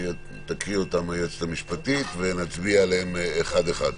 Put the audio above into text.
תקרא אותם היועצת המשפטית ונצביע עליהן אחת, אחת.